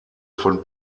von